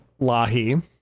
Lahi